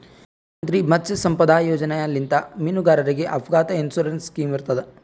ಪ್ರಧಾನ್ ಮಂತ್ರಿ ಮತ್ಸ್ಯ ಸಂಪದಾ ಯೋಜನೆಲಿಂತ್ ಮೀನುಗಾರರಿಗ್ ಅಪಘಾತ್ ಇನ್ಸೂರೆನ್ಸ್ ಸ್ಕಿಮ್ ಇರ್ತದ್